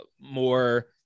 more